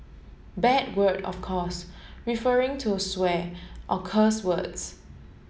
bad word of course referring to swear or cuss words